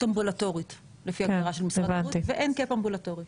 אמבולטורית לפי ההגדרה של משרד הבריאות ואין קאפ אמבולטורי.